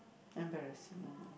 embarrassing moment